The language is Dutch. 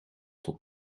tot